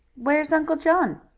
where's uncle john?